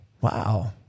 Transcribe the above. Wow